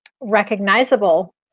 recognizable